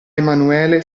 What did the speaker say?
emanuele